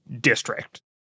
district